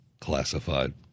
classified